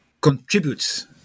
contributes